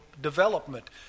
development